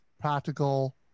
practical